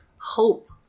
hope